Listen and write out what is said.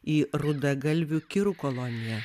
į rudagalvių kirų koloniją